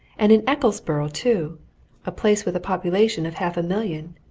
and in ecclesborough, too a place with a population of half a million,